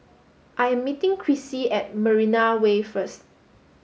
I am meeting Krissy at Marina Way first